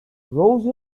rose